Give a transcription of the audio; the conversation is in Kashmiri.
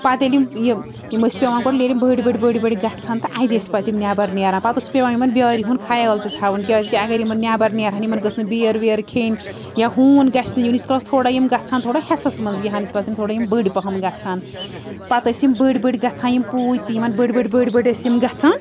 پَتہٕ ییٚلہ یِم یِم یِم ٲسۍ پیٚوان گۄڈٕ ییٚلہِ یِم بٔڑۍ بٔڑۍ بٔڑۍ بٔڑۍ گژھہٕ ہان تہٕ اَدٕ ٲسۍ پَتہٕ یِم نیٚبَر نیران پَتہٕ اوس پیٚوان یِمَن بیٛارِ ہُنٛد خیال تہِ تھاوُن کیٛازِکہِ اَگر یِمَن نیٚبر نیرِہان یِمَن گٔژھ نہٕ بیر ویر کھیٚنۍ یا ہوٗن گژھہِ نہٕ یُن یٖتِس کالس تھوڑا یِم گژھہِ ہان تھوڑا ہیٚسَس منٛز یی ہان ییٖتِس کالَس تھوڑا یِم بٔڑۍ پَہَم گژھہِ ہان پَتہٕ ٲسۍ یِم بٔڑۍ بٔڑۍ گژھان یِم پوٗتۍ تہِ یِمن بٔڑۍ بٔڑۍ بٔڑۍ بٔڑۍ ٲسۍ یِم گژھان